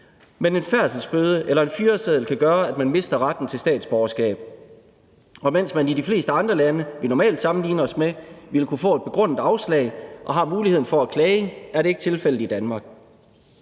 men en færdselsbøde eller en fyreseddel kan gøre, at man mister retten til statsborgerskab. Og mens man i de fleste andre lande, vi normalt sammenligner os med, ville kunne få et begrundet afslag og har muligheden for at klage, er det ikke tilfældet i Danmark.